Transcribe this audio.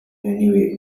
anyway